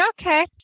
okay